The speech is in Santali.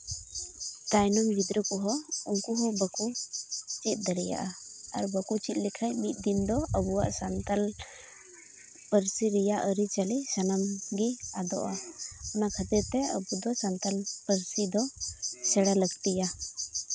ᱛᱟᱭᱱᱚᱢ ᱜᱤᱫᱽᱨᱟᱹ ᱠᱚᱦᱚᱸ ᱩᱱᱠᱩ ᱦᱚᱸ ᱵᱟᱠᱚ ᱪᱮᱫ ᱫᱟᱲᱮᱭᱟᱜᱼᱟ ᱟᱨ ᱵᱟᱠᱩ ᱪᱮᱫ ᱞᱮᱠᱷᱟᱡ ᱢᱤᱫ ᱫᱤᱱ ᱫᱚ ᱟᱵᱩᱣᱟᱜ ᱥᱟᱱᱛᱟᱞ ᱯᱟᱹᱨᱥᱤ ᱨᱮᱭᱟᱜ ᱟᱹᱨᱤᱪᱟᱹᱞᱤ ᱥᱟᱱᱟᱢ ᱜᱤ ᱟᱫᱚᱜᱼᱟ ᱚᱱᱟ ᱠᱷᱟᱹᱛᱤᱨ ᱛᱮ ᱟᱵᱚ ᱫᱚ ᱥᱟᱱᱛᱟᱞᱤ ᱯᱟᱹᱨᱥᱤ ᱫᱚ ᱥᱮᱬᱟ ᱞᱟᱹᱠᱛᱤᱭᱟ